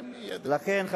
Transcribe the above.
לכן,